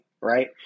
right